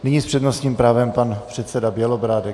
Nyní je s přednostním právem pan předseda Bělobrádek.